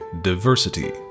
diversity